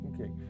Okay